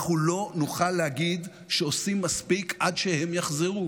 אנחנו לא נוכל להגיד שעושים מספיק עד שהם יחזרו,